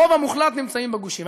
הרוב המוחלט נמצאות בגושים.